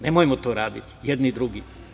Nemojmo to raditi jedni drugima.